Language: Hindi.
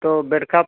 तो बेड का